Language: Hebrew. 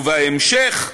ובהמשך,